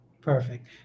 Perfect